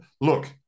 Look